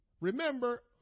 Remember